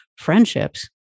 friendships